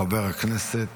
חבר הכנסת